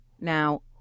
Now